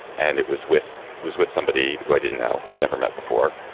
and it was with was with somebody who i didn't know i'd never met before.